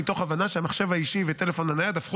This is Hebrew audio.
מתוך הבנה שהמחשב האישי והטלפון הנייד הפכו